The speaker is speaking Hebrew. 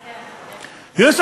כן, אני רואה.